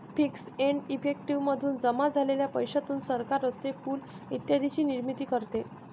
fees and effective मधून जमा झालेल्या पैशातून सरकार रस्ते, पूल इत्यादींची निर्मिती करते